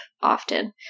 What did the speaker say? often